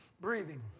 Breathing